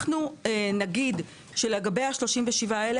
לגבי ה-37,000